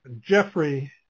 Jeffrey